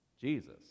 jesus